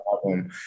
problem